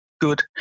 good